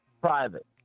Private